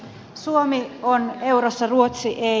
suomi on eurossa ruotsi ei